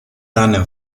ranę